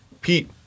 Pete